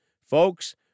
Folks